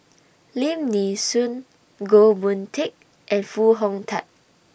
Lim Nee Soon Goh Boon Teck and Foo Hong Tatt